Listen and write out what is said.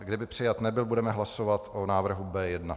Kdyby přijat nebyl, budeme hlasovat o návrhu B1.